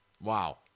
wow